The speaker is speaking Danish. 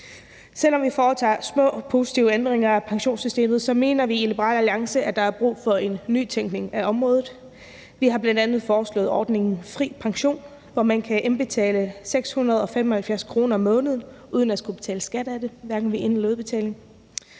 Selv om vi foretager små positive ændringer af pensionssystemet, mener vi i Liberal Alliance, at der er brug for en nytænkning af området. Vi har bl.a. foreslået ordningen FriPension, hvor man kan indbetale 675 kr. om måneden uden at skulle betale skat af det, hverken ved ind- eller udbetaling.